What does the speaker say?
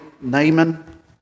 Naaman